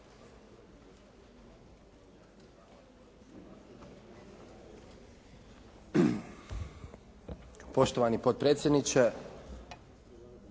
Poštovani potpredsjedniče,